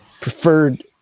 preferred